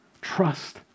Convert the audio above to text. Trust